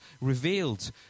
revealed